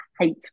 hate